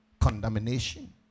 condemnation